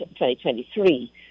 2023